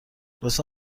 لطفا